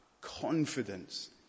confidence